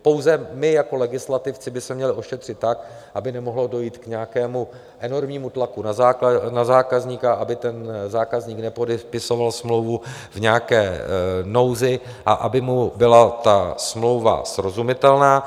Pouze my jako legislativci bychom to měli ošetřit tak, aby nemohlo dojít k nějakému enormnímu tlaku na zákazníka, aby ten zákazník nepodepisoval smlouvu v nějaké nouzi a aby mu byla ta smlouva srozumitelná.